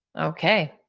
okay